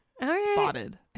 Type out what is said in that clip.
spotted